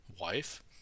wife